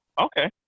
Okay